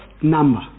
number